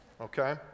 okay